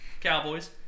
Cowboys